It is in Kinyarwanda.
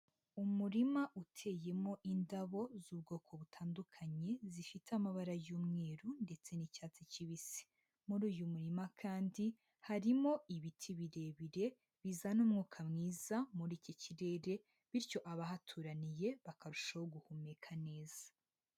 Umurima uteyemo indabo z'ubwoko butandukanye zifite amabara y'umweru ndetse n'icyatsi kibisi. Muri uyu murima kandi harimo ibiti birebire bizana umwuka mwiza muri iki kirere bityo abahaturaniye bakarushaho guhumeka neza.